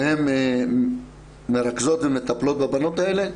שהן מרכזות ומטפלות בבנות האלה.